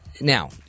now